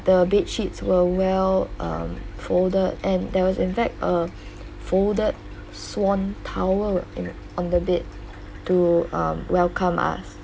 the bedsheets were well um folded and there was in fact a folded swan towel in on the bed to um welcome us